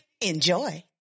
Enjoy